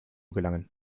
gelangen